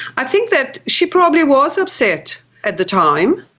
i think that she probably was upset at the time,